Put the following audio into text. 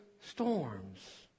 storms